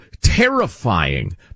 terrifying